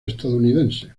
estadounidense